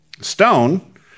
Stone